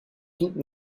toute